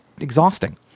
exhausting